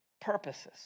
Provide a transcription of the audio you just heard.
purposes